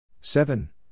Seven